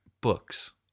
books